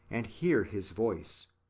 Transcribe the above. and hear his voice.